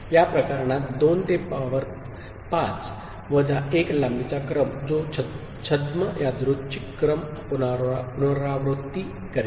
या प्रकरणात 2 ते पॉवर 5 वजा 1 लांबीचा क्रम जो छद्म यादृच्छिकक्रमपुनरावृत्ती करेल